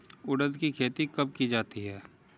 उड़द की खेती कब की जाती है?